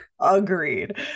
agreed